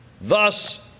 Thus